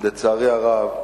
לצערי הרב,